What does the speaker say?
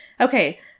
Okay